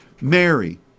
Mary